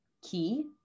key